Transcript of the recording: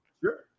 sure